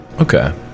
Okay